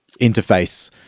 interface